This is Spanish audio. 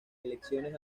elecciones